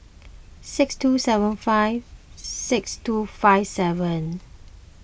six two seven five six two five seven